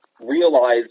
realize